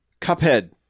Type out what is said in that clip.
Cuphead